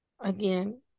Again